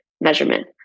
measurement